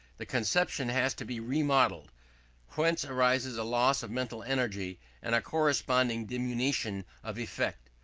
the conception has to be remodeled whence arises a loss of mental energy and a corresponding diminution of effect.